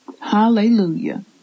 hallelujah